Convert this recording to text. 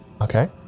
Okay